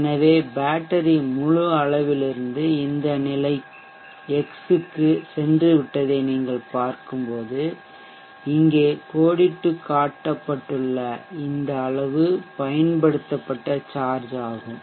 எனவே பேட்டரி முழு அளவிலிருந்து இந்த நிலை x க்கு சென்றுவிட்டதை நீங்கள் பார்க்கும்போது இங்கே கோடிட்டுக்காட்டப்பட்டுள்ள இந்த அளவு பயன்படுத்தப்பட்ட சார்ஜ் ஆகும்